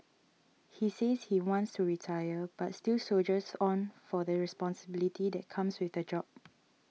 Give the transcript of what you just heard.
he says he wants to retire but still soldiers on for the responsibility that comes with the job